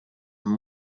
amb